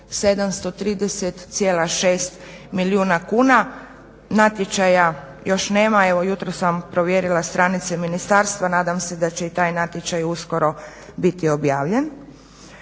730,6 milijuna kuna. Natječaja još nema. Evo jutros sam provjerila stranice ministarstva. Nadam se da će i taj natječaj uskoro biti objavljen.